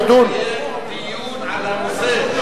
יתקיים דיון על הנושא,